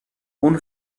اون